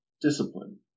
discipline